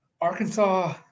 Arkansas